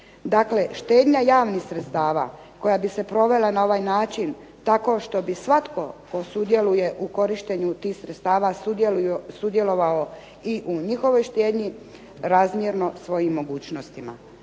štednja javnih sredstava, koja bi se provela na ovaj način tako što bi svatko tko sudjeluje u korištenju tih sredstava sudjelovao i u njihovoj štednji, razmjerno svojim mogućnostima.